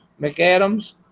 McAdams